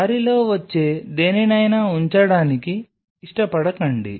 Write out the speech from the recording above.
దారిలో వచ్చే దేనినీ ఉంచడానికి ఇష్టపడకండి